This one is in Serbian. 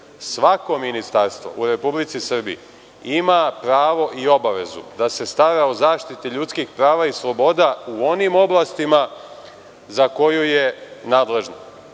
Svako ministarstvo u Republici Srbiji ima pravo i obavezu da se stara o zaštiti ljudskih prava i sloboda u onim oblastima za koju je nadležno.